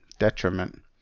detriment